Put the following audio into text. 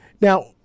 Now